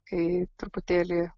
kai truputėlį